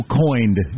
coined